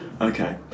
Okay